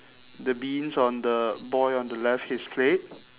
the beans on the boy on the left his play